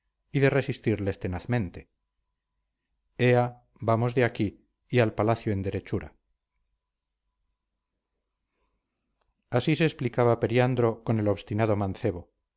y de resistirles tenazmente ea vamos de aquí y al palacio en derechura así se explicaba periandro con el obstinado mancebo